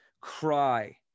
cry